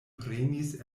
prenis